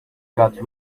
got